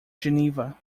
geneva